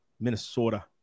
minnesota